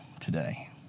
today